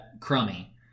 crummy